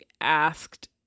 asked